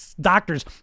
doctors